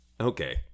Okay